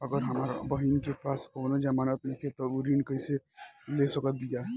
अगर हमार बहिन के पास कउनों जमानत नइखें त उ कृषि ऋण कइसे ले सकत बिया?